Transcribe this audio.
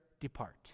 depart